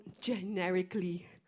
generically